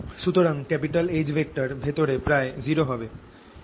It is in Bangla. সুতরাং H ভেতরে প্রায় 0 হবে